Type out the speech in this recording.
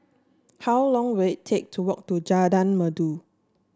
how long will it take to walk to Jalan Merdu